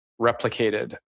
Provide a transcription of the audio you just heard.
replicated